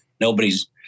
Nobody's